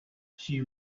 she